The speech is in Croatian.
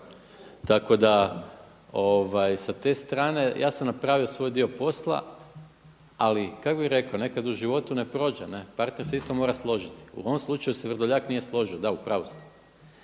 Tako da s te strane, ja sam napravio svoj dio posla ali kako bih rekao, nekada u životu ne prođe, partner se isto mora složiti. U ovom slučaju se Vrdoljak nije složio, da, u pravu ste.